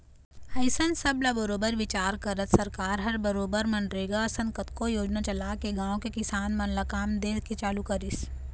अइसन सब ल बरोबर बिचार करत सरकार ह बरोबर मनरेगा असन कतको योजना चलाके गाँव के किसान मन ल काम दे के चालू करिस